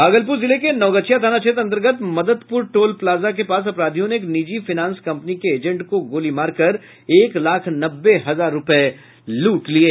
भागलपुर जिले के नवगछिया थाना क्षेत्र अन्तर्गत मदतपुर टोल प्लाजा के पास अपराधियों ने एक निजी फाइनेंस कंपनी के एजेंट को गोली मार कर एक लाख नब्बे हजार रुपये लूट लिये